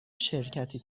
شرکتی